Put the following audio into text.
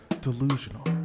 delusional